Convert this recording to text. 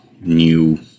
new